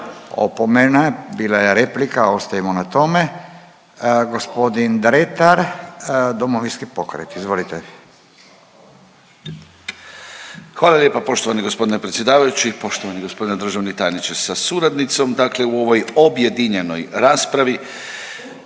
opomena bila je replika ostajemo na tome. Gospodin Dretar, Domovinski pokret, izvolite. **Dretar, Davor (DP)** Hvala lijepa poštovani gospodine predsjedavajući. Poštovani gospodine državni tajniče sa suradnicom, dakle u ovoj objedinjenoj raspravi